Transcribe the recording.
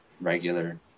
regular